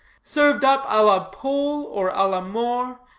served up a la pole, or a la moor,